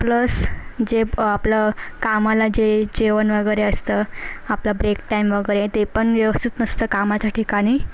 plus जे प आपलं कामाला जे जेवण वगैरे असतं आपला ब्रेक टाइम वगैरे ते पण व्यवस्थित नसतं कामाच्या ठिकाणी